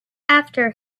after